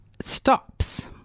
stops